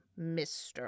Mr